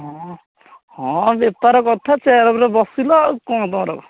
ହଁ ହଁ ବେପାର କଥା ଚେୟାର ଉପରେ ବସିଲ ଆଉ କ'ଣ ତୁମର ଆଉ